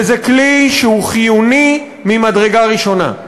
וזה כלי שהוא חיוני ממדרגה ראשונה,